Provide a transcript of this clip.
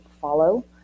follow